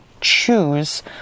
choose